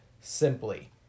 simply